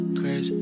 crazy